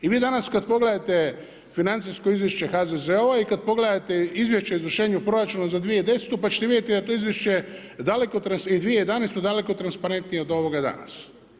I vi danas kad pogledate financijsko izvješće HZZO i kad pogledate izvješće o izvršenju proračuna za 2010. pa ćete vidjeti da je to izvješće, daleko, i 2011. daleko transparentnije od ovoga danas.